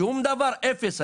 שום דבר, אפס.